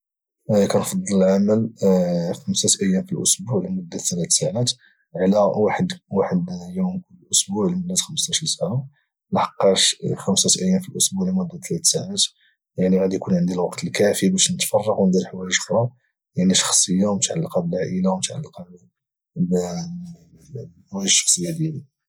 كنفضل العمل خمسه ايام في الاسبوع لمده ثلاث ساعات على يوم كل اسبوع لمده 15 ساعه خمسه ايام في الاسبوع المده ثلاث ساعات يعني غادي يكون عندي الوقت الكافي باش نتفرغ وندير حوايج اخرى شخصيه ومتعلقه بالعائله ومتعلقه بالحوايج الشخصيه ديالي